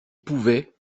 pouvait